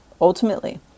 ultimately